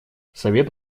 совет